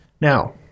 now